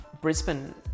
Brisbane